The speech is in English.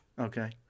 Okay